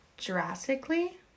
drastically